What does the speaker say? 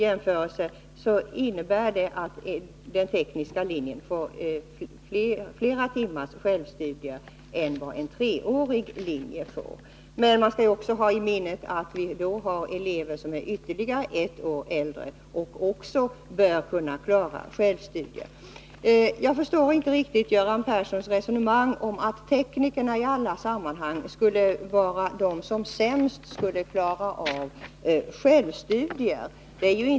Vi skall också hålla i minnet att eleverna i den fyraåriga utbildningen under det sista utbildningsåret är ett år äldre än dem som går sista året i den treåriga utbildningen och därför har större möjligheter att klara självstudier. Jag förstår inte riktigt Göran Perssons resonemang om att teknikerna i alla sammanhang skulle vara de som sämst klarar av självstudier.